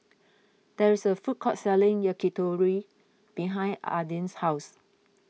there is a food court selling Yakitori behind Aidyn's house